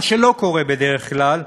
מה שלא קורה בדרך כלל,